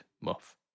Muff